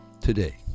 today